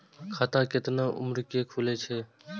खाता केतना उम्र के खुले छै?